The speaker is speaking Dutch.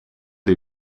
die